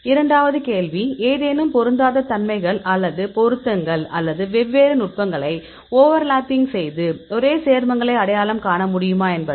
இரண்டாவது கேள்வி ஏதேனும் பொருந்தாத தன்மைகள் அல்லது பொருத்தங்கள் அல்லது வெவ்வேறு நுட்பங்களை ஓவர்லப்பிங் செய்து ஒரே சேர்மங்களை அடையாளம் காண முடியுமா என்பது